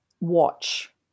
watch